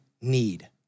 need